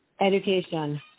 Education